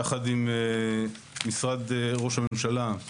יחד עם משרד ראש הממשלה,